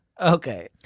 Okay